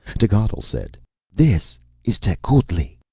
techotl said this is tecuhltli!